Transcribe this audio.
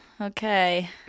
okay